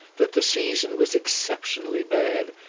that the season was exceptionally bad,